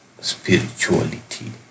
spirituality